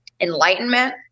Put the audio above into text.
enlightenment